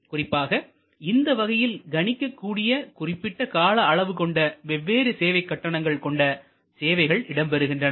குறிப்பாக இந்த வகையில் கணிக்கக் கூடிய குறிப்பிட்ட கால அளவு கொண்ட வெவ்வேறு சேவை கட்டணங்கள் கொண்ட சேவைகள் இடம்பெறுகின்றன